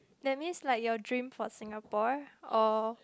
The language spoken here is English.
that means like your dream for Singapore or